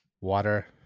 water